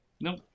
Nope